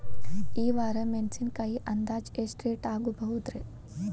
ಈ ವಾರ ಮೆಣಸಿನಕಾಯಿ ಅಂದಾಜ್ ಎಷ್ಟ ರೇಟ್ ಆಗಬಹುದ್ರೇ?